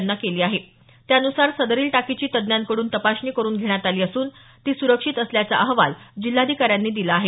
यांना केली होती त्यानुसार सदरील टाकीची तज्ञांकडून तपासणी करून घेण्यात आली असून ती सुरक्षित असल्याचा अहवाल जिल्हाधिकाऱ्यांनी दिला आहे